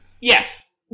yes